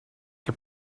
heb